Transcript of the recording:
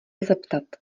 zeptat